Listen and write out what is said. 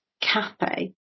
cafe